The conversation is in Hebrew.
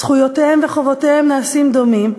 זכויותיהם וחובותיהם נעשים דומים.